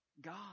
God